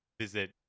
visit